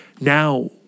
Now